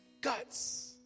guts